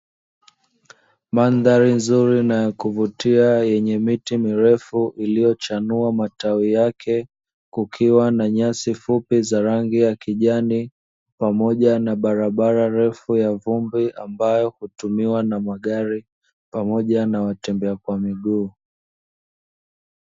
Mandhari nzuri na ya kuvutia yenye miti mirefu iliyochanua matawi yake, kukiwa na nyasi fupi za rangi ya kijani pamoja na barabara refu ya vumbi ambayo hutumiwa na magari pamoja na watembea kwa miguu.